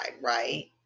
right